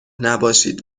نباشید